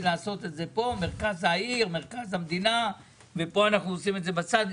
לעשות במרכז העיר ובמקום הזה אנחנו עושים את זה בצד.